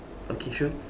okay sure